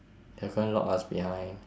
they're going to lock us behind